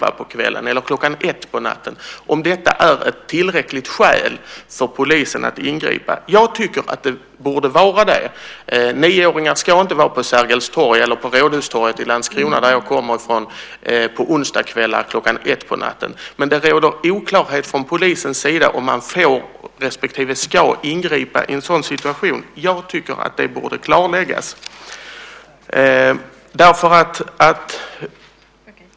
1 på natten råder det stor osäkerhet - det är inte klarlagt - om det är tillräckligt skäl för polisen att ingripa. Jag tycker att det borde vara det. Nioåringar ska inte vara på Sergels torg eller på Rådhustorget i Landskrona - som jag kommer från - på onsdagskvällar kl. 1 på natten. Men det råder oklarhet från polisens sida om man får respektive ska ingripa i en sådan situation. Jag tycker att det borde klarläggas.